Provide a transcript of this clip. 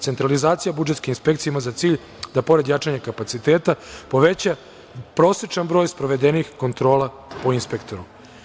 Centralizacija budžetske inspekcije ima za cilj da pored jačanja kapaciteta poveća prosečan broj sprovedenih kontrola po inspektoru.